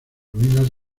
ruinas